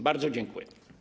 Bardzo dziękuję.